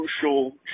crucial